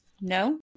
No